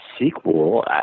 sequel